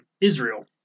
Israel